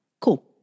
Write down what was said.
Cool